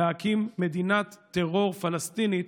להקים מדינת טרור פלסטינית